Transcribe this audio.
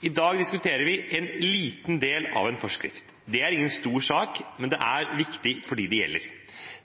I dag diskuterer vi en liten del av en forskrift. Det er ingen stor sak, men det er viktig for dem det gjelder.